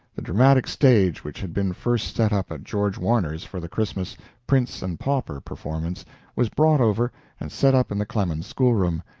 the dramatic stage which had been first set up at george warner's for the christmas prince and pauper performance was brought over and set up in the clemens schoolroom,